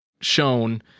shown